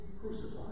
crucified